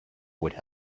would